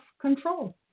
control